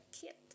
kit